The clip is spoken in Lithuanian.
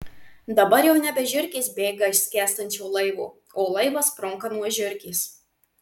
dabar jau nebe žiurkės bėga iš skęstančio laivo o laivas sprunka nuo žiurkės